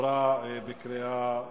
עברה בקריאה שלישית,